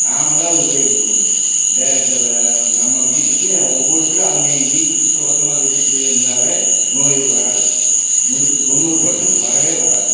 நாம் தான் உருவாக்கிக்கணும் இத நம்ம வீட்டுக்கு ஒவ்வொருத்தரும் அவங்க அவங்க வீட்டில் சுத்தப்பத்தமாக வச்சுட்டு இருந்தாவே நோய் வராது நூற்றுக்கு தொண்ணூறு பர்சன்ட் வரவே வராது